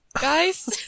Guys